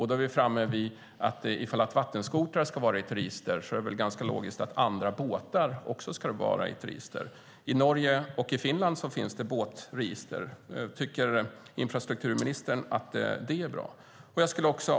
Då är vi framme vid att om vattenskotrar ska vara i ett register är det ganska logiskt att båtar också ska vara i ett register. I Norge och Finland finns båtregister. Tycker infrastrukturministern att det är bra?